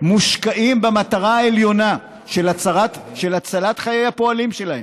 מושקעים במטרה העליונה של הצלת חיי הפועלים שלהם.